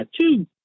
two